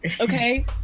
okay